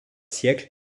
siècles